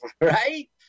right